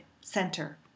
Center